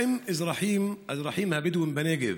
האם האזרחים הבדואים בנגב